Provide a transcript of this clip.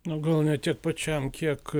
nu gal ne tiek pačiam kiek